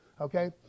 Okay